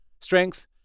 Strength